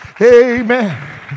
Amen